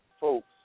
folks